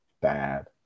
bad